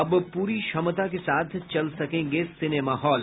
अब पूरी क्षमता के साथ चल सकेंगे सिनेमा हॉल